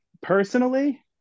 Personally